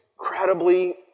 Incredibly